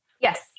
Yes